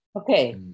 Okay